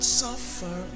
suffer